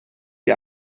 die